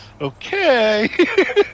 okay